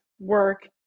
work